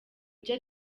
byo